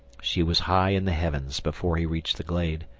she was high in the heavens before he reached the glade.